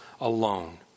alone